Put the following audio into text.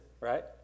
right